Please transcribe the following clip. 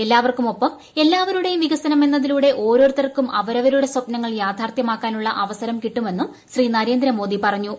എല്ലാവർക്കു മൊപ്പം എല്ലാവരുടെയും വികസനം എന്നതിലൂടെ ഓരോരുത്തർ ക്കും അവരുടെ സ്വപ്നങ്ങൾ യാഥാർത്ഥ്യമാക്കാനുള്ള അവസരം കിട്ടുമെന്നും ശ്രീ നരേന്ദ്രമോദി പറഞ്ഞു